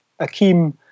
Akeem